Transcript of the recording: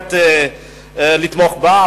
בהחלט לתמוך בה,